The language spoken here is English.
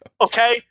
Okay